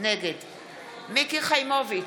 מיקי חיימוביץ'